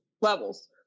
levels